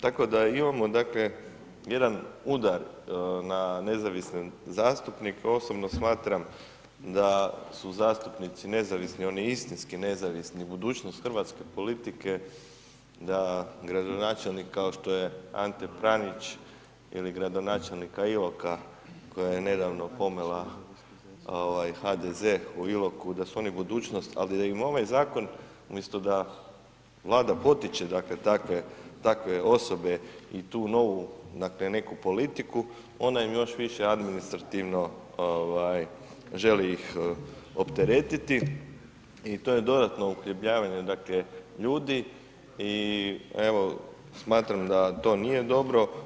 Tako da imamo dakle jedan udar na nezavisne zastupnike, osobno smatram da su zastupnici nezavisni, oni istinski nezavisni budućnost hrvatske politike, da gradonačelnik kao što je Ante Pranić ili gradonačelnika Iloka koja je nedavno pomela HDZ u Iloku, da su oni budućnost, ali da im ovaj zakon, umjesto da Vlada potiče dakle takve, takve osobe i tu novu dakle neku politiku, ona im još više administrativno ovaj želi ih opteretiti i to je dodatno uhljebljavanje dakle ljudi i evo smatram da to nije dobro.